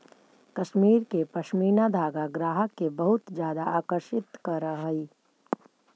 कश्मीर के पशमीना धागा ग्राहक के बहुत ज्यादा आकर्षित करऽ हइ